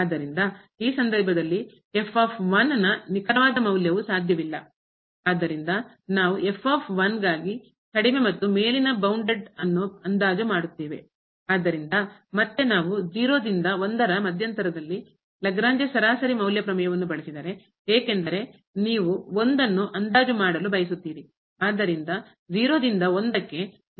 ಆದ್ದರಿಂದ ಈ ಸಂದರ್ಭದಲ್ಲಿ ನ ನಿಖರವಾದ ಮೌಲ್ಯವು ಸಾಧ್ಯವಿಲ್ಲ ಆದ್ದರಿಂದ ನಾವು ಗಾಗಿ ಕಡಿಮೆ ಮತ್ತು ಮೇಲಿನ ಬೌಂಡ್ ಮಿತಿ ಅನ್ನು ಅಂದಾಜು ಮಾಡುತ್ತೇವೆ ಆದ್ದರಿಂದ ಮತ್ತೆ ನಾವು ರಿಂದ ರ ಮಧ್ಯಂತರದಲ್ಲಿ ಲಾಗ್ರೇಂಜ್ ಸರಾಸರಿ ಮೌಲ್ಯ ಪ್ರಮೇಯವನ್ನು ಬಳಸಿದರೆ ಏಕೆಂದರೆ ನೀವು ಅನ್ನು ಅಂದಾಜು ಮಾಡಲು ಬಯಸುತ್ತೀರಿ